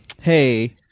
hey